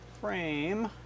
frame